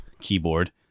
keyboard